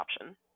option